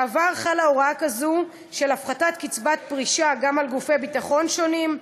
בעבר חלה הוראה כזאת של הפחתת קצבת הפרישה גם על גופי הביטחון השונים,